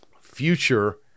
future